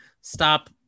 stop